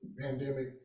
pandemic